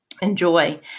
enjoy